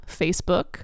Facebook